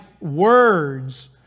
words